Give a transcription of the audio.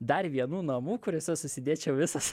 dar vienų namų kuriuose susidėčiau visas